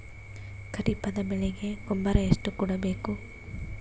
ಖರೀಪದ ಬೆಳೆಗೆ ಗೊಬ್ಬರ ಎಷ್ಟು ಕೂಡಬೇಕು?